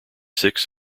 six